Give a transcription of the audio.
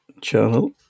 channel